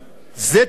תפקיד